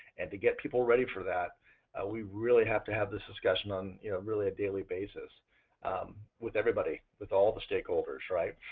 and to get people ready for that we really have to have this discussion on you know really a daily basis with everybody, with all the stakeholders right?